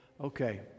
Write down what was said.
Okay